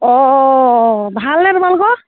অঁ ভালনে তোমালোকৰ